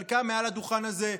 חלקם מעל הדוכן הזה.